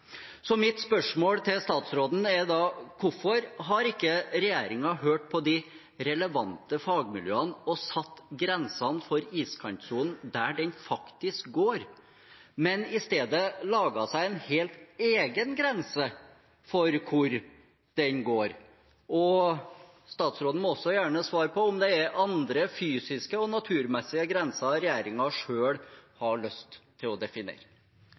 Mitt spørsmål til statsråden er da: Hvorfor har ikke regjeringen hørt på de relevante fagmiljøene og satt grensen for iskantsonen der den faktisk går, men i stedet laget seg en helt egen grense for hvor den går? Statsråden må også gjerne svare på om det er andre fysiske og naturmessige grenser regjeringen har lyst til å definere